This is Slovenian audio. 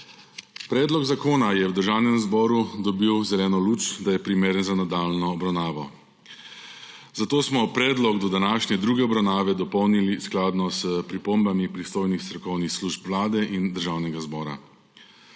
Predlog zakona je v Državnem zboru dobil zeleno luč, da je primeren za nadaljnjo obravnavo. Zato smo predlog do današnje druge obravnave dopolnili skladno s pripombami pristojnih strokovnih služb Vlade in Državnega zbora.